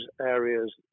areas